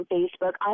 Facebook